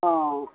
অঁ